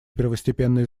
первостепенной